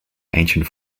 ancient